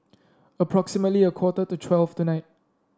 approximately a quarter to twelve tonight